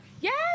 Yes